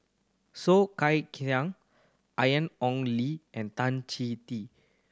Soh Kay Siang Ian Ong Li and Tan Chee Tee